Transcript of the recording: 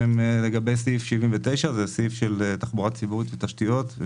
לגבי סעיף 79, זה סעיף של תחבורה ציבורית ותשתיות,